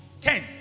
Ten